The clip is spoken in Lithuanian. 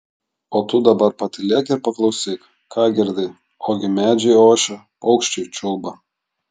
o tu dabar patylėk ir paklausyk ką girdi ogi medžiai ošia paukščiai čiulba